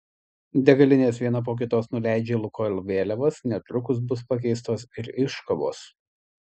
degalinės viena po kitos nuleidžia lukoil vėliavas netrukus bus pakeistos ir iškabos